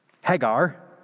Hagar